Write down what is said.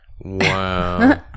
Wow